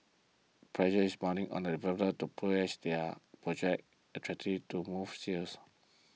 pressure is mounting on developers to price their projects attractive to move sales